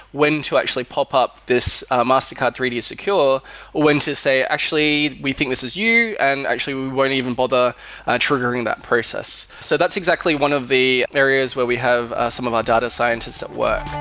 when to actually popup this mastercard three d secure, or when to say, actually, we think this is you and actually we won't even bother triggering that process. so that's exactly one of the areas where we have some of our data scientists at work.